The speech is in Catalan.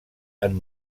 amb